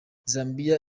zambia